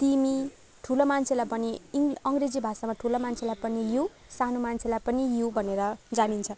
तिमी ठुलो मान्छेलाई पनि अङ्ग्रेजी भाषामा ठुलो मान्छेलाई पनि यू सानो मान्छेलाई पनि यू भनेर जानिन्छ